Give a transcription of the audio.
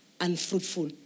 unfruitful